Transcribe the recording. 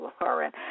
Lauren